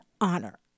honor